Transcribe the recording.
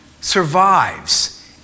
survives